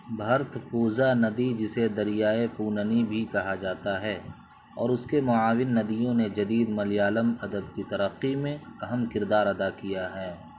بھرتھ پوزا ندی جسے دریائے پوننی بھی کہا جاتا ہے اور اس کے معاون ندیوں نے جدید ملیالم ادب کی ترقی میں اہم کردار ادا کیا ہیں